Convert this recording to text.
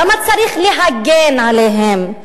למה צריך להגן עליהם?